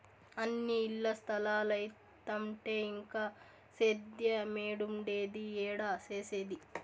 అన్నీ ఇల్ల స్తలాలైతంటే ఇంక సేద్యేమేడుండేది, ఏడ సేసేది